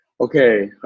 Okay